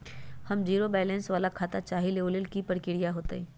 हम zero balance वाला खाता चाहइले वो लेल की की प्रक्रिया होतई?